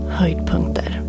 höjdpunkter